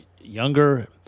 younger